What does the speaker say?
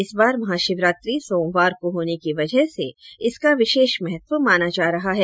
इस बार महाशिवरात्रि सोमवार को होने की वजह से इसका विशेष महत्व माना जा रहा है